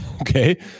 okay